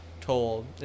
told